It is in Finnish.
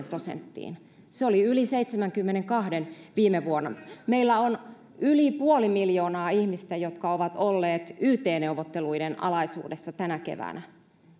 prosenttiin se oli yli seitsemänkymmenenkahden viime vuonna meillä on yli puoli miljoonaa ihmistä jotka ovat olleet yt neuvotteluiden alaisuudessa tänä keväänä